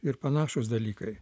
ir panašūs dalykai